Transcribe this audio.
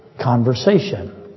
conversation